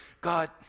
God